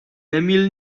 emil